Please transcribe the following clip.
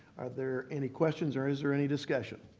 there any questions or is there any discussion?